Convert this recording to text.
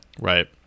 right